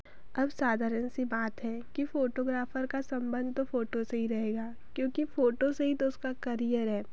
अब साधारण सी बात है कि फोटोग्राफर का सम्बन्ध तो फ़ोटो से ही रहेगा क्योंकि फ़ोटो से ही तो उसका करियर है